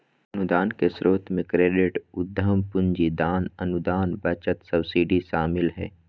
अनुदान के स्रोत मे क्रेडिट, उधम पूंजी, दान, अनुदान, बचत, सब्सिडी शामिल हय